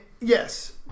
Yes